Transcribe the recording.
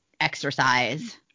exercise